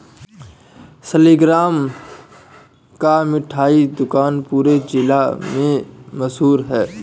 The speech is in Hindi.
सालिगराम का मिठाई दुकान पूरे जिला में मशहूर है